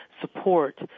support